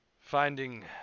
finding